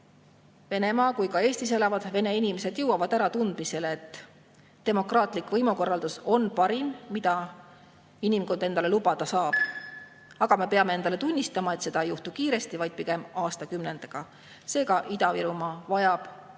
Venemaal kui ka Eestis elavad vene inimesed jõuavad äratundmisele, et demokraatlik võimukorraldus on parim, mida inimkond endale lubada saab. Samas peame me endale tunnistama, et see ei juhtu kiiresti, vaid pigem aastakümnetega. Seega, Ida-Virumaa vajab